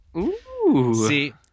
See